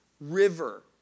river